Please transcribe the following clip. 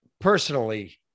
personally